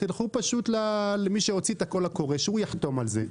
תלכו למי שהוציא את הקול הקורא שהוא יחתום על זה.